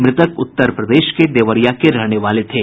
मृतक उत्तर प्रदेश के देवरिया के रहने वाले थे